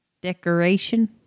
decoration